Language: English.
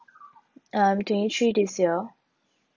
um twenty three this year